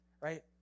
right